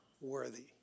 worthy